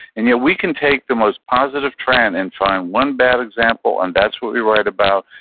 and yeah we can take the most positive trend and find one bad example, and that's what we write about.